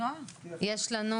יש לנו